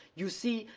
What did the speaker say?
you see,